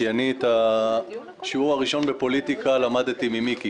כי את השיעור הראשון בפוליטיקה שלי למדתי ממיקי,